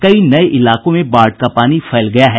कई नये इलाकों में बाढ़ का पानी फैलने लगा है